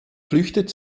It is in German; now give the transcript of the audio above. flüchtet